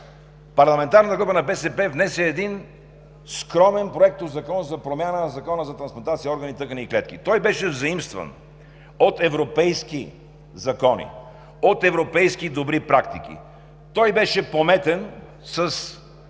парламентарната група на БСП внесе един скромен законопроект за промяна на Закона за трансплантация на органи, тъкани и клетки. Той беше заимстван от европейски закони, от европейски добри практики. Той беше пометен с